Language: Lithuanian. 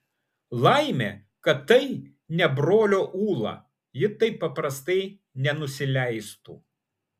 laimė kad tai ne brolio ūla ji taip paprastai nenusileistų